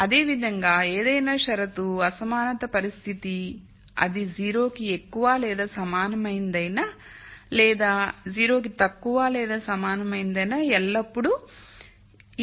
అదేవిధంగా ఏదైనా షరతు అసమానత పరిస్థితి అది 0 కి ఎక్కువ లేదా సమానమైనదైనా లేదా 0 కి తక్కువ లేదా సమానమైనదైనా ఎల్లప్పుడూ ఈ రూపంలో ఉంచగలను